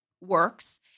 works